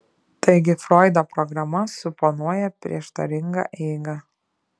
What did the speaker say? taigi froido programa suponuoja prieštaringą eigą